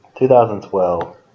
2012